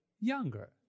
younger